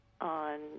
on